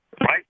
Right